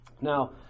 Now